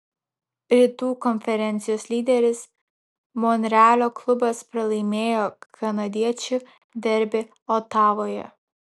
rytų konferencijos lyderis monrealio klubas pralaimėjo kanadiečių derbį otavoje